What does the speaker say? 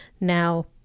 Now